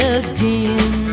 again